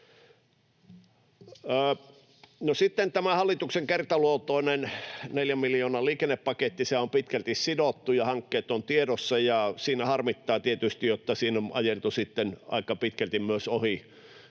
hallituksen kertaluontoinen neljän miljoonan liikennepaketti: Se on pitkälti sidottu ja hankkeet ovat tiedossa, ja siinä harmittaa tietysti, että siinä on ajeltu sitten aika pitkälti myös ohi